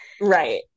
right